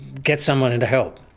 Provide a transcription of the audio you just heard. get someone in to help.